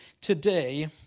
today